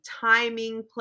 timing